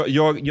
jag